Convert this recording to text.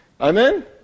Amen